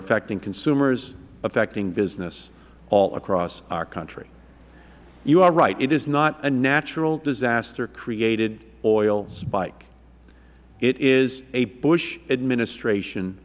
affecting consumers affecting business all across our country you are right it is not a natural disaster created oil spike it is a bush administration